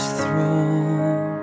throne